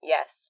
Yes